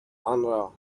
آنرا